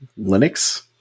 Linux